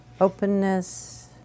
openness